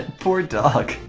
poor doggo